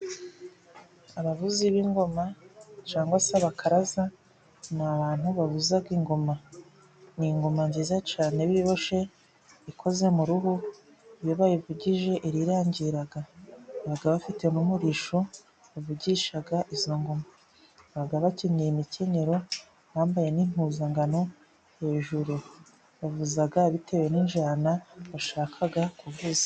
Abavuzi b'ingoma cyangwa se abakaraza, ni abantu bavuza ingoma. Ni ingoma nziza cyane iba iboshye ikoze mu ruhu iyo bayivugije irirangira, baba bafite n'umurishyo bavugisha izo ngoma, baba bakenyeye n'imikenyero bambaye n'impuzangano hejuru, bavuza bitewe n'injyana bashaka kuvuza.